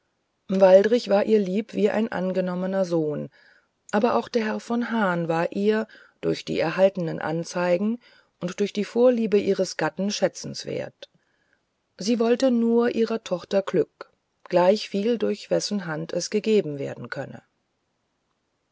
waldrich war ihr lieb wie ein angenommener sohn aber auch der herr von hahn war ihr durch die erhaltenen anzeigen und durch die vorliebe ihres gatten schätzbar sie wollte nur ihrer tochter glück gleichviel durch wessen hand es gegeben werden könne